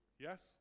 Yes